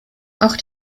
auch